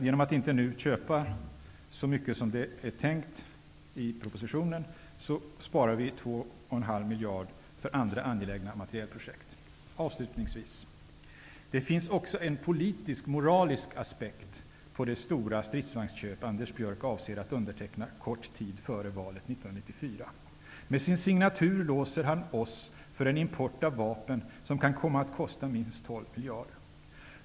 Genom att inte nu köpa så många stridsvagnar som det är tänkt i propositionen sparar vi 2,5 miljarder kronor för andra angelägna materielprojekt. Det finns också en politisk-moralisk aspekt på det stora stridsvagnsköp som Anders Björck avser att underteckna kort tid före valet 1994. Med sin signatur låser han oss för en import av vapen, som kan komma att kosta minst 12 miljarder kronor.